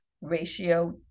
ratio